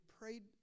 prayed